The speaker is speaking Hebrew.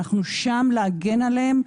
אנחנו שם להגן עליהן,